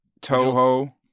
Toho